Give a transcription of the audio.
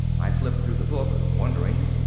i flipped through the book, wondering.